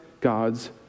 God's